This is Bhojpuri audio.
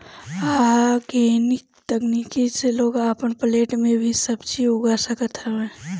आर्गेनिक तकनीक से लोग अपन फ्लैट में भी सब्जी उगा सकत हवे